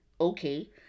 Okay